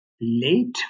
late